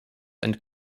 and